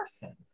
person